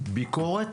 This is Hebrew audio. ביקורת,